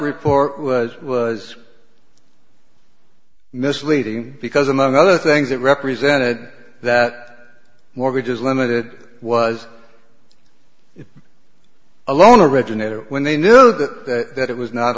report was was misleading because among other things it represented that mortgages limited was a loan originator when they knew that it was not